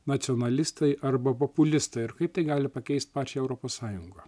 nacionalistai arba populistai ir kaip tai gali pakeist pačią europos sąjungą